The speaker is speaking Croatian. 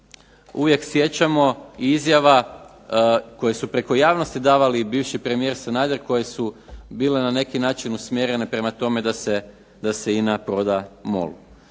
uvijek sjećamo i izjava koje su preko javnosti davali i bivši premijer Sanader, koje su bile na neki način usmjerene prema tome da se INA proda MOL-u.